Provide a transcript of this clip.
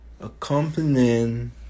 accompanying